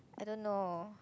I don't know